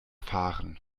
fahren